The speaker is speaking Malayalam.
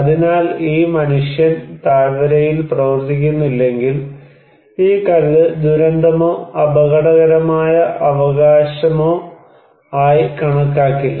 അതിനാൽ ഈ മനുഷ്യൻ താഴ്വരയിൽ പ്രവർത്തിക്കുന്നില്ലെങ്കിൽ ഈ കല്ല് ദുരന്തമോ അപകടകരമായ അവകാശമോ ആയി കണക്കാക്കില്ല